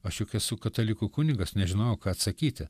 aš juk esu katalikų kunigas nežinojau ką atsakyti